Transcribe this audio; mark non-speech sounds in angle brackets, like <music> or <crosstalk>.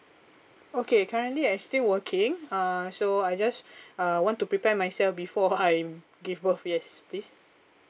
okay currently I still working uh so I just uh want to prepare myself before I'm <laughs> give birth yes please